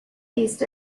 east